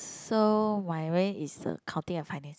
so my main is accounting and finance